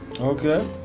Okay